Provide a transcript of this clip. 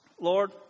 Lord